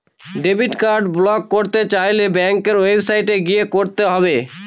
debit card block করতে চাইলে ব্যাঙ্কের ওয়েবসাইটে গিয়ে করতে হবে